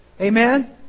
Amen